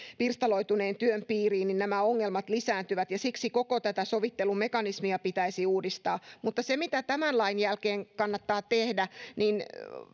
pirstaloituneen työn piiriin nämä ongelmat lisääntyvät ja siksi koko tätä sovittelumekanismia pitäisi uudistaa mitä sitten tämän lain jälkeen kannattaa tehdä niin